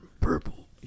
purple